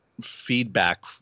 feedback